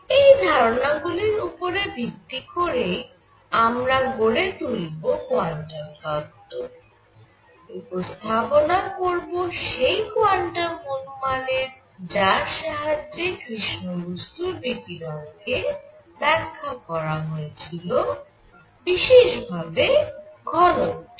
এই ধারণা গুলির উপরে ভিত্তি করেই আমরা গড়ে তুলব কোয়ান্টাম তত্ত্ব উপস্থাপনা করব সেই কোয়ান্টাম অনুমানের যার সাহায্যে কৃষ্ণ বস্তুর বিকিরণ কে ব্যাখ্যা করা হয়েছিল বিশেষভাবে ঘনত্ব